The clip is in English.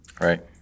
Right